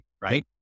right